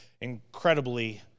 incredibly